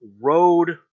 Road